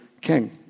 king